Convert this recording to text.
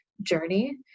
journey